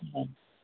অঁ